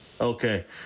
Okay